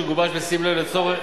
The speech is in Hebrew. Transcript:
שגובש בשים לב לצורך